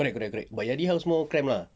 correct correct correct yadi house more cramp lah